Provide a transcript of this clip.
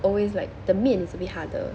always like the 面 is a bit harder